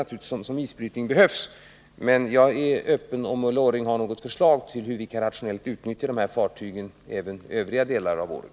Men jag är öppen för diskussion, om, Ulla Orring har något förslag till hur man kan rationellt utnyttja de här fartygen även under övriga delar av året.